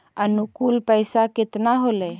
अनुकुल पैसा केतना होलय